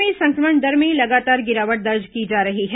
राज्य में संक्रमण दर में लगातार गिरावट दर्ज की जा रही है